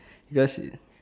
just